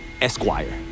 Esquire